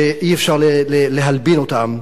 שאי-אפשר להלבין אותם,